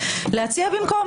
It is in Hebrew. אני רוצה להציע במקום,